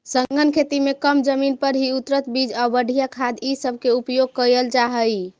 सघन खेती में कम जमीन पर ही उन्नत बीज आउ बढ़ियाँ खाद ई सब के उपयोग कयल जा हई